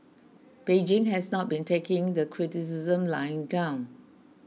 Beijing has not been taking the criticisms lying down